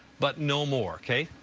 but no more. kate?